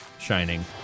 shining